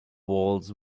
walls